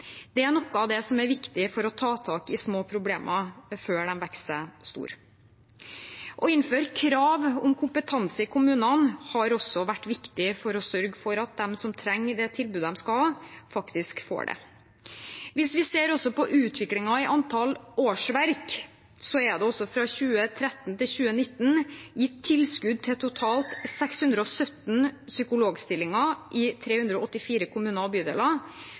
Det er noe av det som er viktig for å ta tak i små problemer før de vokser seg store. Å innføre krav om kompetanse i kommunene har også vært viktig for å sørge for at de som trenger et tilbud, faktisk får det. Hvis vi ser på utviklingen i antall årsverk, er det fra 2013 til 2019 gitt tilskudd til totalt 617 psykologstillinger i 384 kommuner og bydeler.